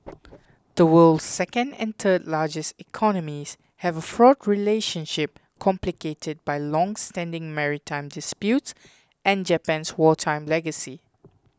the world's second and third largest economies have a fraught relationship complicated by longstanding maritime disputes and Japan's wartime legacy